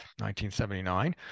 1979